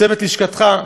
צוות לשכתך,